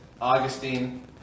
Augustine